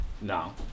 No